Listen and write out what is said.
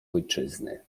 ojczyzny